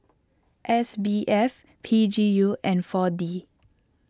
S B F P G U and four D